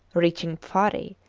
reaching phari,